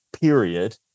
period